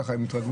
ככה הם התרגלו,